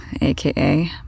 AKA